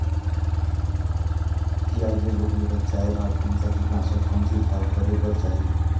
पियाज मे रोग ले बचाय बार कौन सा कीटनाशक कौन छिड़काव करे बर चाही?